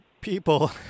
people